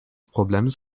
problems